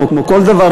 כמו כל דבר,